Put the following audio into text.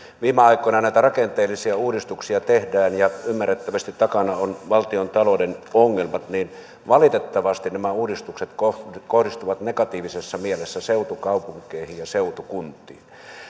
näinä aikoina näitä rakenteellisia uudistuksia tehdään ja ymmärrettävästi takana on valtiontalouden ongelmat niin valitettavasti nämä uudistukset kohdistuvat negatiivisessa mielessä seutukaupunkeihin ja seutukuntiin